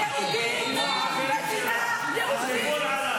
תקשיב לי, יא שוביניסט מיזוגן ותומך טרור.